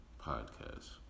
podcast